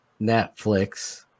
Netflix